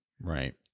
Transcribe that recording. Right